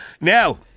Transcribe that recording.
Now